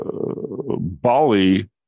bali